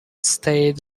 stayed